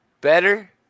Better